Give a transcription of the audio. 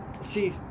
See